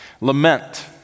Lament